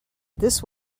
this